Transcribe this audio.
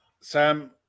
Sam